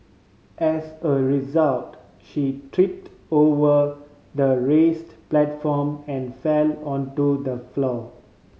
as a result she tripped over the raised platform and fell onto the floor